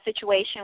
situation